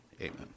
amen